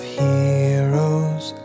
heroes